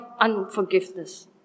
unforgiveness